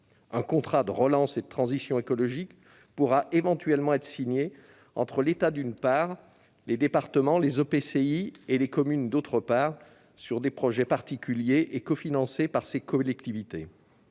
Un contrat de relance et de transition écologique pourra éventuellement être signé entre l'État, d'une part, et les départements, les EPCI et les communes, d'autre part, pour des projets particuliers cofinancés par ces collectivités.